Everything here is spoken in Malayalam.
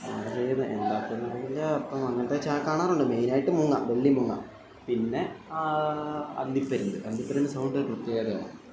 ചെയ്യുന്നത് എന്താക്കുമെന്നു പറഞ്ഞാൽ അപ്പം അങ്ങനത്തെ കാണാറുണ്ട് മെയിനായിട്ട് മൂങ്ങ വെള്ളി മൂങ്ങ പിന്നെ അന്തിപ്പരുന്ത് അന്തിപ്പരുന്തിൻ്റെ സൗണ്ടൊരു പ്രത്യേകതയാണ്